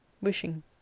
wishing